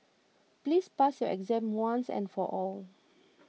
please pass your exam once and for all